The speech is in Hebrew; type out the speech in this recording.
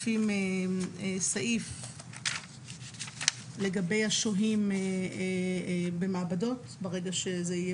מוסיפים סעיף לגבי השוהים במעבדות ברגע שזה יהיה